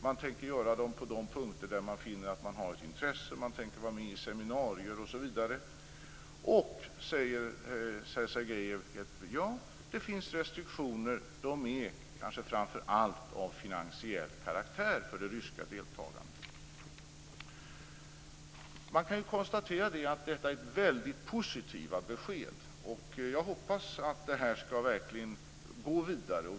Man tänker vara med på de punkter där man finner att man har ett intresse. Man tänker vara med i seminarier osv. Sergejev säger att det finns restriktioner - de är kanske framför allt av finansiell karaktär - för det ryska deltagandet. Man kan konstatera att detta är väldigt positiva besked. Jag hoppas att det här verkligen skall gå vidare.